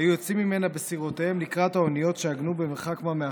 היו יוצאים ממנה בסירותיהם לקראת האוניות שעגנו במרחק מה מהחוף,